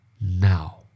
now